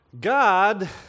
God